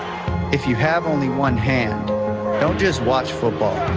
if you have only one hand, don't just watch football,